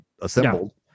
assembled